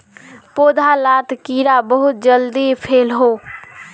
पौधा लात कीड़ा बहुत जल्दी फैलोह